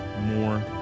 more